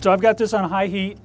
so i've got this on high he